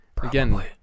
again